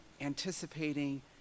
anticipating